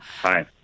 Hi